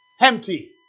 Empty